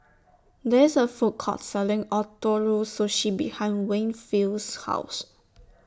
There IS A Food Court Selling Ootoro Sushi behind Winfield's House